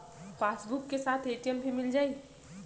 Passbook के साथ ATM भी मील जाई?